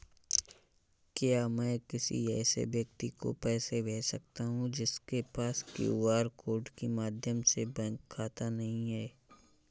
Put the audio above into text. क्या मैं किसी ऐसे व्यक्ति को पैसे भेज सकता हूँ जिसके पास क्यू.आर कोड के माध्यम से बैंक खाता नहीं है?